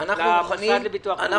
למוסד לביטוח לאומי?